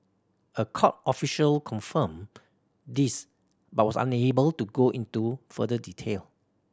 a court official confirmed this but was unable to go into further detail